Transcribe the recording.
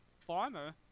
farmer